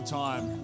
time